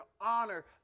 honor